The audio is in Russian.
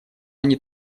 они